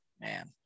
Man